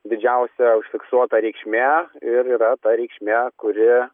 didžiausia užfiksuota reikšmė ir yra ta reikšmė kuri